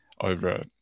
over